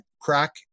crack